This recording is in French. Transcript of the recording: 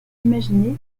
imaginé